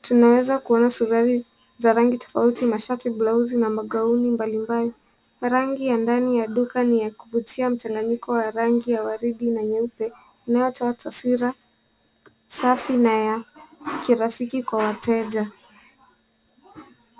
Tunaweza kuona suruali za rangi tofauti , mashati, blauzi na magauni mbalimbali. Rangi ya ndani ya duka ni ya kuvutia, mchanganyiko wa rangi ya waridi na nyeupe inayotoa taswira safi na ya kirafiki kwa wateja.